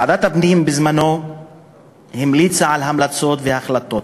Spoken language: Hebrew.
ועדת הפנים בזמנה המליצה המלצות והחלטות.